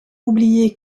oublié